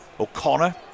O'Connor